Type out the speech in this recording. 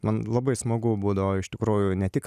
man labai smagu būdavo iš tikrųjų ne tik